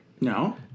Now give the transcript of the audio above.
No